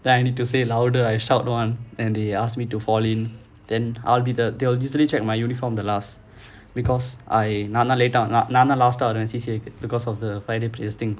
then I need to say louder I shout one and they ask me to fall in then I'll be the they'll usually check my uniform the last because I நான்தான்:naanthaan last ah வருவேன்:varuvaen lost out on C_C_A because of the friday prayers thing